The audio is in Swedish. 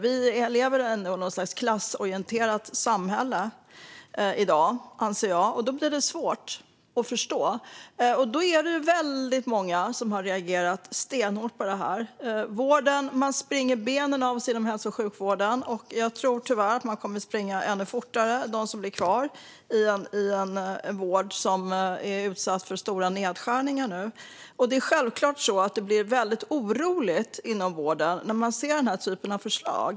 Vi lever i något slags klassorienterat samhälle i dag, anser jag, och då blir det svårt att förstå. Det är väldigt många som har regerat stenhårt på det här. Man springer benen av sig inom hälso och sjukvården, och jag tror tyvärr att man kommer att springa ännu fortare om man blir kvar i en vård som nu är utsatt för stora nedskärningar. Det är självklart så att det blir väldigt oroligt inom vården när man ser den här typen av förslag.